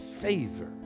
favor